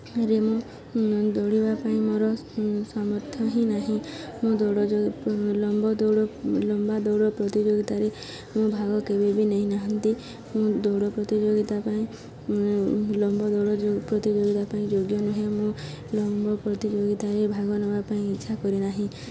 ରେ ମୁଁ ଦୌଡ଼ିବା ପାଇଁ ମୋର ସାମର୍ଥ୍ୟ ହିଁ ନାହିଁ ମୁଁ ଦୌଡ଼ ଲମ୍ବ ଦୌଡ଼ ଲମ୍ବା ଦୌଡ଼ ପ୍ରତିଯୋଗିତାରେ ମୁଁ ଭାଗ କେବେ ବି ନେଇନାହିଁ ମୁଁ ଦୌଡ଼ ପ୍ରତିଯୋଗିତା ପାଇଁ ଲମ୍ବ ଦୌଡ଼ ପ୍ରତିଯୋଗିତା ପାଇଁ ଯୋଗ୍ୟ ନୁହେଁ ମୁଁ ଲମ୍ବ ପ୍ରତିଯୋଗିତାରେ ଭାଗ ନେବା ପାଇଁ ଇଚ୍ଛା କରେନାହିଁ